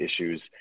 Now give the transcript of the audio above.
issues